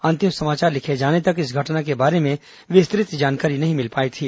अंतिम समाचार लिखे जाने तक इस घटना के बारे में विस्तृत जानकारी नहीं मिल पाई थी